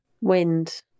Wind